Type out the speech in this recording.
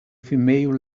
female